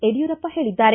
ಯಡ್ಡೂರಪ್ಪ ಹೇಳಿದ್ದಾರೆ